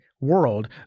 world